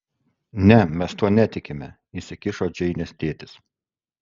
ne mes tuo netikime įsikišo džeinės tėtis